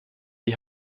die